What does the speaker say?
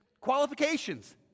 Qualifications